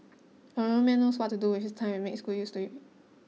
a real man knows what to do with his time and makes good use of it